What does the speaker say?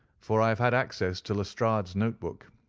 for i have had access to lestrade's note-book,